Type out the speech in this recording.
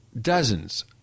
dozens